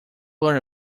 learn